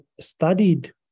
studied